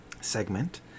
segment